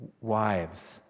Wives